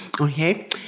Okay